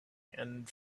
and